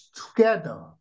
together